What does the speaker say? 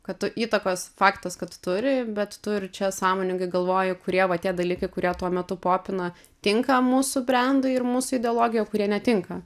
kad tu įtakos faktas kad turi bet tu ir čia sąmoningai galvoji kurie va tie dalykai kurie tuo metu popina tinka mūsų brendui ir mūsų ideologijai o kurie netinka